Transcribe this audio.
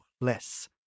less